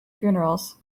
funerals